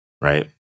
right